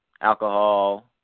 alcohol